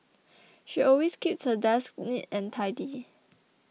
she always keeps her desk neat and tidy